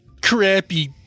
crappy